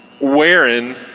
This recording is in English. Wearing